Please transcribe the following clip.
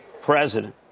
President